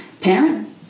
parent